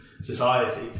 society